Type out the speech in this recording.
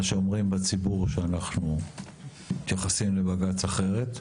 שאומרים בציבור שאנחנו מתייחסים לבג"ץ אחרת,